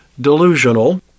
delusional